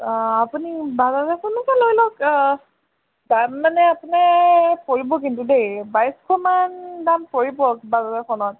অঁ আপুনি বাজাৰখনকে লৈ লওক দাম মানে আপুনাৰ পৰিব কিন্তু দেই বাইছশমান দাম পৰিব বাজাজৰখনত